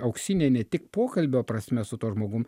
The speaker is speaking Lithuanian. auksinė ne tik pokalbio prasme su tuo žmogum